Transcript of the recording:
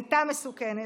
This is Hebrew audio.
הייתה מסוכנת,